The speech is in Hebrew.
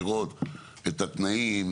לראות את התנאים,